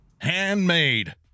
handmade